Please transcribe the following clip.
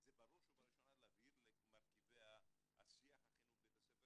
זה בראש ובראשונה להבהיר למרכיבי השיח החינוכי בבית הספר